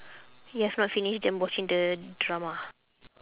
you have not finished them watching the drama